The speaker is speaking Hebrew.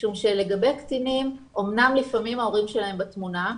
משום שלגבי קטינים אמנם לפעמים ההורים שלהם בתמונה,